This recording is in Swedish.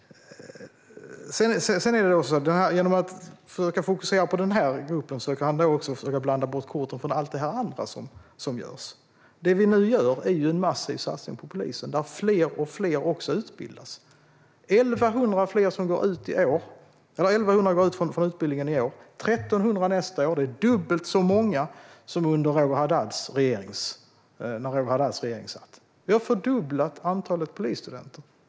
Genom att fokusera på den här gruppen försöker Roger Haddad blanda bort korten och glömma allt det andra som görs. Det vi nu gör är ju en massiv satsning på polisen. Fler och fler utbildas. 1 100 går ut från utbildningen i år, 1 300 nästa år. Det är dubbelt så många som när Roger Haddads parti satt i regeringen. Vi har fördubblat antalet polisstudenter.